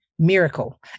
Miracle